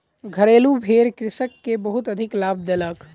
घरेलु भेड़ कृषक के बहुत अधिक लाभ देलक